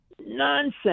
Nonsense